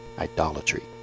idolatry